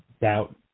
doubt